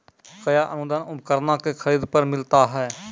कया अनुदान उपकरणों के खरीद पर मिलता है?